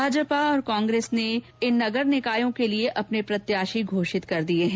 भाजपा और कांग्रेस ने भी नगर निकायों के लिये अपने प्रत्याशी घोषित कर दिये हैं